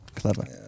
clever